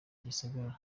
gisagara